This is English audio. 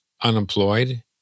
unemployed